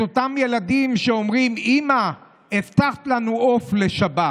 אותם ילדים שאומרים: אימא, הבטחת לנו עוף לשבת,